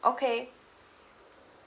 okay